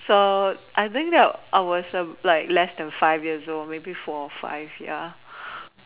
so I think that I was like less than five years old maybe four or five